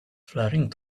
flaring